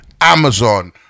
Amazon